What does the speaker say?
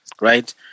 right